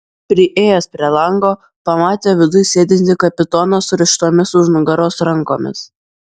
priėjęs prie lango pamatė viduj sėdintį kapitoną surištomis už nugaros rankomis